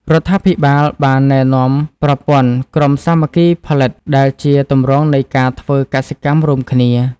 រដ្ឋាភិបាលបានណែនាំប្រព័ន្ធ ក្រុមសាមគ្គីផលិត ដែលជាទម្រង់នៃការធ្វើកសិកម្មរួមគ្នា។